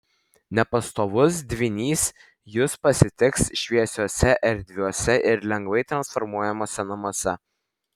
nepastovus dvynys jus pasitiks šviesiuose erdviuose ir lengvai transformuojamuose namuose